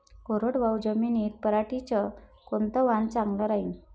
कोरडवाहू जमीनीत पऱ्हाटीचं कोनतं वान चांगलं रायीन?